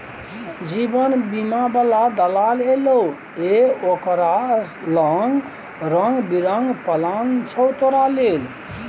जीवन बीमा बला दलाल एलौ ये ओकरा लंग रंग बिरंग पिलान छौ तोरा लेल